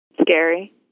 Scary